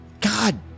god